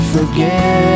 Forget